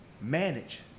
manage